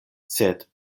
sed